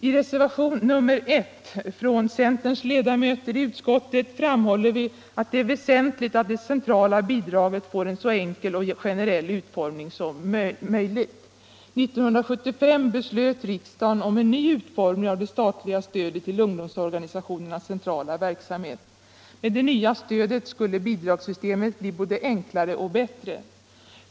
I reservation nr 1 från centerns ledamöter i utskottet framhåller vi att det är väsentligt att det centrala bidraget får en så enkel och generell utformning som möjligt. År 19735 beslöt riksdagen om en ny utformning av det statliga stödet till ungdomsorganisationernas centrala verksamhet. Med det nya stödet skulle bidragssystemet bli både enklare och bättre.